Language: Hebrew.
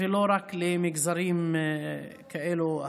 ולא רק למגזרים כאלה ואחרים.